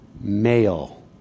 Male